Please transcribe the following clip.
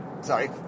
sorry